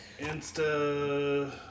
Insta